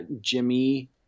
Jimmy